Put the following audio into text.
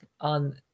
on